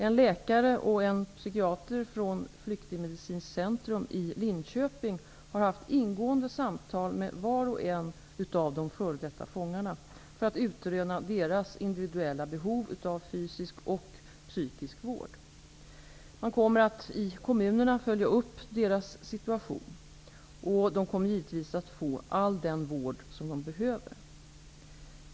En läkare och en psykiater från Flyktingmedicinskt centrum i Linköping har haft ingående samtal med var och en av de f.d. fångarna, för att utröna deras individuella behov av fysisk och psykisk vård. Man kommer att i kommunerna följa upp deras situation. De kommer givetvis att få all den vård de behöver.